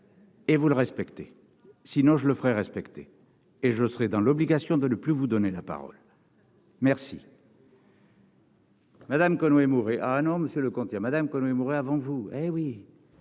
et vous le respecter, sinon je le ferai respecter et je serai dans l'obligation de le plus vous donner la parole. Merci.